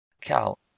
Cal